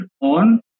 on